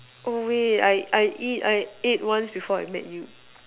oh wait I I eat I ate once before I met you